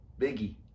biggie